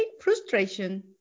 frustration